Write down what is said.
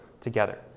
together